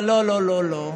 אבל לא לא לא.